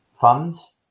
funds